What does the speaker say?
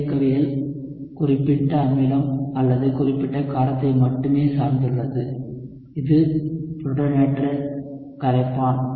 இயக்கவியல் குறிப்பிட்ட அமிலம் அல்லது குறிப்பிட்ட காரத்தை மட்டுமே சார்ந்துள்ளது இது புரோட்டானேற்ற கரைப்பான்